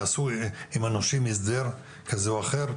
תעשו עם הנושים הסדר כזה או אחר,